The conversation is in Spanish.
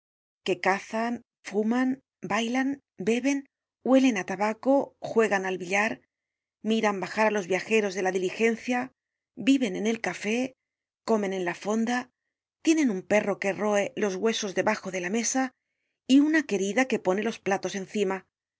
que cazan fuman bailan beben huelen á tabaco juegan al billar miran bajar á los viajeros de la diligencia viven en el café comen en la fonda tienen un perro que roe los huesos debajo de la mesa y una querida que pone los platos encima